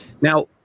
Now